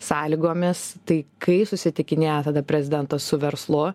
sąlygomis tai kai susitikėnėjo tada prezidentas su verslu